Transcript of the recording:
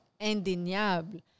indéniable